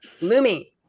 Lumi